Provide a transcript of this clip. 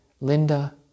Linda